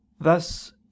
Thus